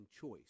choice